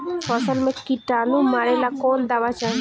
फसल में किटानु मारेला कौन दावा चाही?